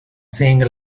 thing